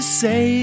say